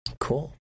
Cool